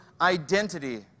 identity